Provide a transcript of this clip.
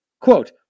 Quote